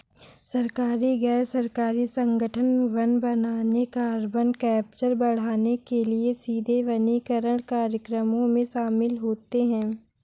सरकारी, गैर सरकारी संगठन वन बनाने, कार्बन कैप्चर बढ़ाने के लिए सीधे वनीकरण कार्यक्रमों में शामिल होते हैं